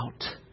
out